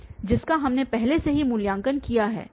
जिसका हमने पहले से ही मूल्यांकन किया है